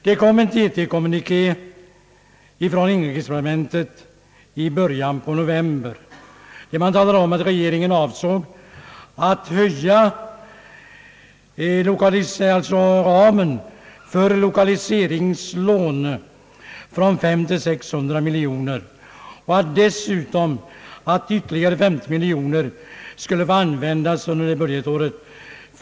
Det kom en TT kommuniké från inrikesdepartementet i början av november, vari man talade om att regeringen avsåg att höja ramen för lokaliseringslån från 500 till 600 miljoner kronor och att dessutom ytterligare 50 miljoner kronor skulle få användas under budgetåret.